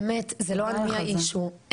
זה לא אני האישיו.